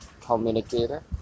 communicator